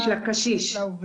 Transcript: לקשיש.